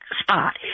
spot